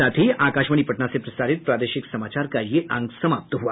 इसके साथ ही आकाशवाणी पटना से प्रसारित प्रादेशिक समाचार का ये अंक समाप्त हुआ